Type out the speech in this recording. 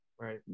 right